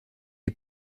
est